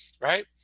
right